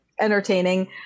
entertaining